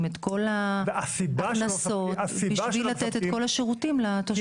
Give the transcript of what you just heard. את כל ההכנסות בשביל לתת את כל השירותים לתושבים.